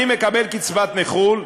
אני מקבל קצבת נכות,